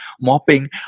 mopping